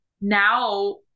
now